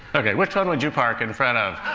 o k, which one would you park in front of?